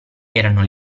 erano